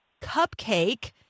Cupcake